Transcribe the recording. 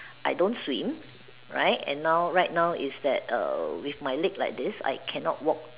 I don't swim right and now right now is that err with my leg like this I cannot walk